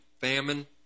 famine